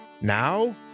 Now